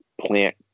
plant